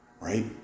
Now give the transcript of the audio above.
right